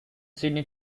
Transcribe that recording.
sydney